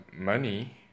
money